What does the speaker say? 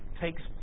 takes